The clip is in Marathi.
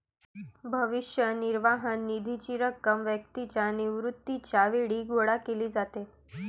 भविष्य निर्वाह निधीची रक्कम व्यक्तीच्या निवृत्तीच्या वेळी गोळा केली जाते